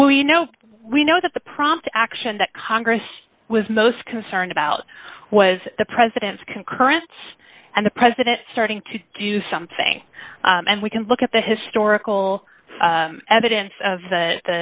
you know we know that the prompt action that congress was most concerned about was the president's concurrence and the president starting to do something and we can look at the historical evidence of